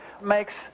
makes